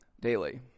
daily